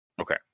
Okay